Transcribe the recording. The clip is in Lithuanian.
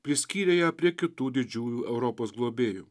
priskyrė ją prie kitų didžiųjų europos globėjų